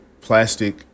plastic